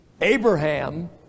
Abraham